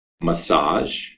Massage